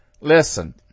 Listen